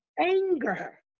anger